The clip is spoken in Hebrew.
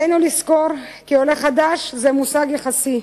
עלינו לזכור כי "עולה חדש" זה מושג יחסי.